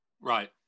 Right